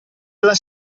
alla